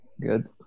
Good